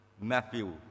Matthew